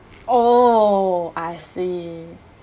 oh I see